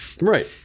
Right